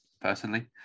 personally